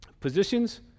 Positions